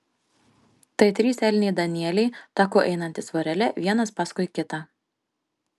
tai trys elniai danieliai taku einantys vorele vienas paskui kitą